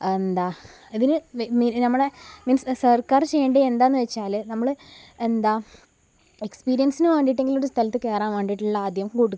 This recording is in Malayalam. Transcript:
എന്താണ് ഇതിന് നമ്മളെ മീൻസ് സർക്കാര് ചെയ്യേണ്ടത് എന്താന്ന് വെച്ചാൽ നമ്മള് എന്താണ് എക്സ്പീരിയൻസിനു വേണ്ടിയിട്ടെങ്കിലും ഒരു സ്ഥലത്തു കയറാൻ വേണ്ടിയുള്ള ആദ്യം കൊടുക്കുക